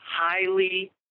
highly